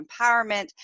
empowerment